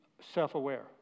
self-aware